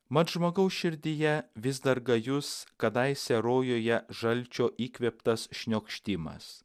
mat žmogaus širdyje vis dar gajus kadaise rojuje žalčio įkvėptas šniokštimas